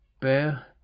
Bear